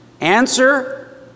Answer